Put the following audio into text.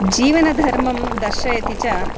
जीवनधर्मं दर्शयति च